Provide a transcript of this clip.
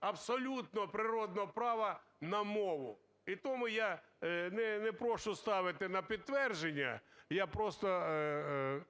абсолютно природного права на мову. І тому я не прошу ставити на підтвердження, я просто